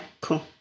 cool